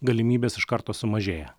galimybės iš karto sumažėja